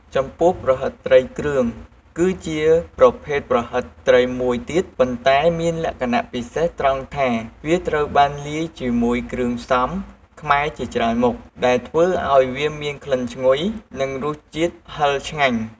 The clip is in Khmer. ចំពោះ ប្រហិតត្រី គ្រឿង គឺជាប្រភេទប្រហិតត្រីមួយទៀត ប៉ុន្តែមានលក្ខណៈពិសេសត្រង់ថាវាត្រូវបានលាយជាមួយគ្រឿងផ្សំខ្មែរជាច្រើនមុខ ដែលធ្វើឱ្យវាមានក្លិនឈ្ងុយ និងរសជាតិហឹរឆ្ងាញ់។